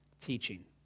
teaching